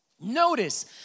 Notice